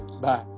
bye